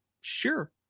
Sure